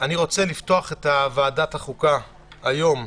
אני רוצה לפתוח את ועדת החוקה היום,